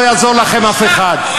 לא יעזור לכם אף אחד.